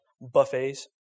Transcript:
buffets